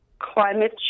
climate